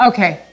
Okay